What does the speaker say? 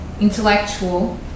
intellectual